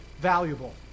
valuable